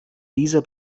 dieser